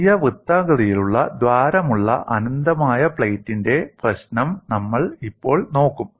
ചെറിയ വൃത്താകൃതിയിലുള്ള ദ്വാരമുള്ള അനന്തമായ പ്ലേറ്റിന്റെ പ്രശ്നം നമ്മൾ ഇപ്പോൾ നോക്കും